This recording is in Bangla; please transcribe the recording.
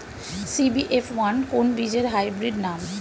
সি.বি.এফ ওয়ান কোন বীজের হাইব্রিড নাম?